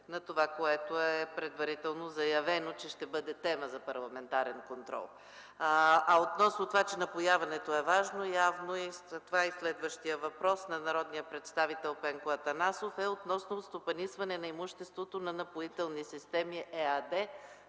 на това, което е предварително заявено, че ще бъде тема за парламентарен контрол. Относно това, че напояването е важно, явно затова и следващият въпрос на народния представител Пенко Атанасов е относно стопанисване на имуществото на „Напоителни системи” ЕАД.